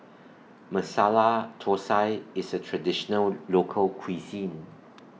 Masala Thosai IS A Traditional Local Cuisine